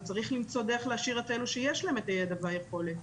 וצריך למצוא דרך להשאיר את אלה שיש להם את הידע והיכולת.